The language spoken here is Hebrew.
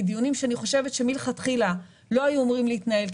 דיונים שאני חושבת שמלכתחילה לא היו אמורים להתנהל,